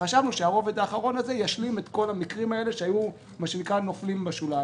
חשבנו שהרובד האחרון הזה ישלים את כל המקרים האלה שהיו נופלים בשוליים.